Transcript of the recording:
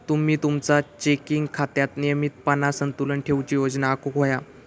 तुम्ही तुमचा चेकिंग खात्यात नियमितपणान संतुलन ठेवूची योजना आखुक व्हया